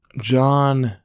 John